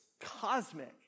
cosmic